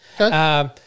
Okay